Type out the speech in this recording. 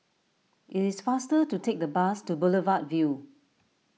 it is faster to take the bus to Boulevard Vue